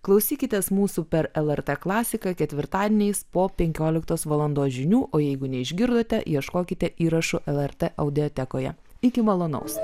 klausykitės mūsų per lrt klasiką ketvirtadieniais po penkioliktos valandos žinių o jeigu neišgirdote ieškokite įrašų lrt audiotekoje iki malonaus